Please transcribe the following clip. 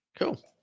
Cool